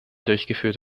durchgeführt